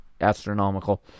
astronomical